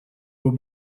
will